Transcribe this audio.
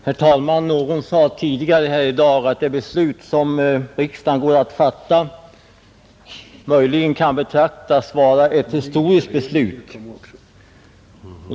Herr talman! Någon sade tidigare i dag att det beslut som riksdagen nu går att fatta kan betraktas som ett historiskt beslut.